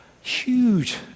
huge